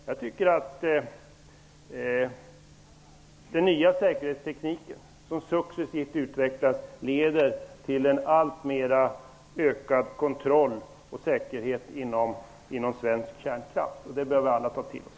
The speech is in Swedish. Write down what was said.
Jag tycker att den nya säkerhetsteknik som successivt utvecklas leder till en allt mer ökad kontroll och säkerhet inom svensk kärnkraft. Det bör vi alla ta till oss.